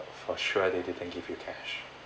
for sure they didn't give you cash